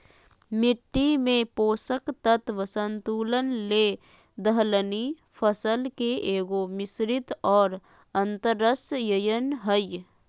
मिट्टी में पोषक तत्व संतुलन ले दलहनी फसल के एगो, मिश्रित और अन्तर्शस्ययन हइ